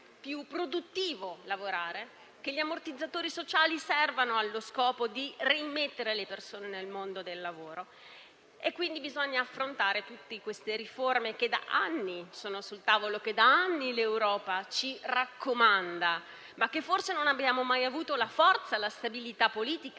più produttivo e che gli ammortizzatori sociali servano allo scopo di reimmettere le persone nel mondo del lavoro. È necessario, quindi, affrontare tutte le riforme che da anni sono sul tavolo, che da anni l'Europa ci raccomanda, ma per le quali, forse, non abbiamo mai avuto la forza e la stabilità politica